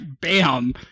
bam